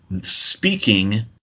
speaking